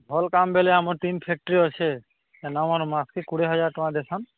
ଭଲ୍ କାମ୍ ବେଲେ ଆମର୍ ଟିନ୍ ଫ୍ୟାକ୍ଟ୍ରି ଅଛେ ସେନ ଆମର୍ ମାସ୍କେ କୁଡ଼େ ହଜାର୍ ଟଙ୍ଗା ଦେସନ୍